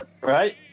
right